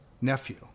nephew